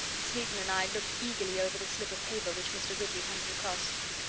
smeaton and i looked eagerly over the slip of paper which mr. ridley handed across.